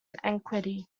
antiquity